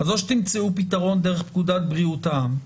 אז או שתמצאו פתרון דרך פקודת בריאות העם,